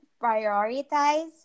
Prioritize